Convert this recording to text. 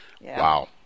Wow